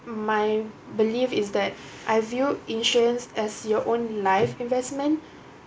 my belief is that I view insurance as your own life investment